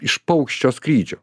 iš paukščio skrydžio